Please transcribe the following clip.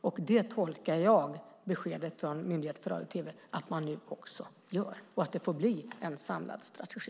Jag tolkar beskedet från Myndigheten för radio och tv så att man nu också gör det och att det får bli en samlad strategi.